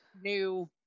new